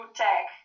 tag